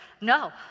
No